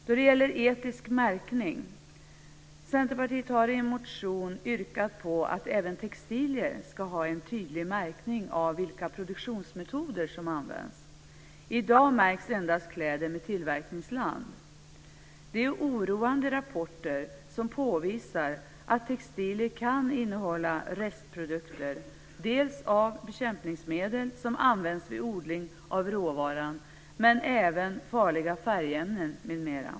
När det gäller etisk märkning har Centerpartiet i en motion yrkat på att även textilier ska ha en tydlig märkning av vilka produktionsmetoder som använts. I dag märks endast kläder med tillverkningsland. Det är oroande rapporter som påvisar att textilier kan innehålla restprodukter dels av bekämpningsmedel som används vid odling av råvaran, dels även farliga färgämnen m.m.